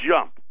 jump